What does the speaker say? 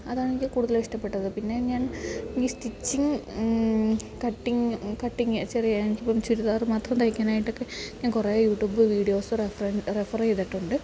അതാണ് എനിക്ക് കൂടുതൽ ഇഷ്ടപ്പെട്ടത് പിന്നെ ഞാൻ ഈ സ്റ്റിച്ചിങ് കട്ടിങ് കട്ടിങ് ചെറിയ എനിക്ക് ഇപ്പം ചുരിദാർ മാത്രം തയ്ക്കാനായിട്ടൊക്കെ ഞാൻ കുറേ യൂട്യൂബ് വീഡിയോസ് റെഫർ ചെയ്തിട്ടുണ്ട്